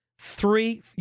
three